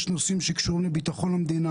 יש נושאים שקשורים לביטחון המדינה